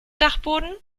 dachboden